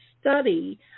study